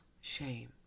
shame